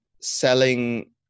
selling